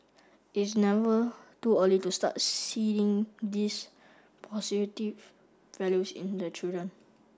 is never too early to start seeding these positive values in the children